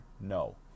No